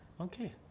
Okay